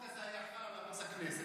אם החוק הזה היה חל על ערוץ הכנסת,